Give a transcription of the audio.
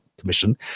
Commission